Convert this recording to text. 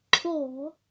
four